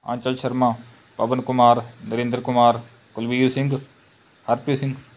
Anchal Sharma Pawan Kumar Narinder Kumar Kulveer Singh Harpreet Singh